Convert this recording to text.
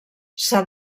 s’ha